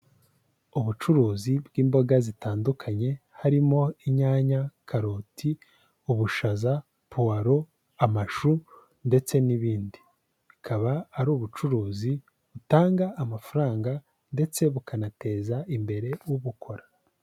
Ubucuruzi bw'imboga zitandukanye, harimo inyanya, karoti, ubushaza, puwalo, amashu, ndetse n'ibindi, bukaba ari ubucuruzi butanga amafaranga ndetse bukanateza imbere ubukora.